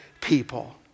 people